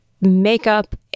makeup